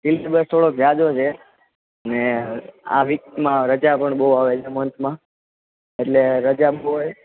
syllabus થોડો ઝાઝો છે ને આ વીકમાં રજા પણ બહુ આવે છે મંથમાં એટલે રજા હોય